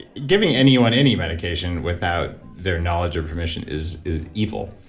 giving anyone any medication without their knowledge or permission is is evil.